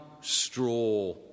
straw